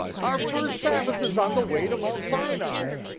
our first sabbath is on the way to mount sinai.